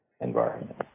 environment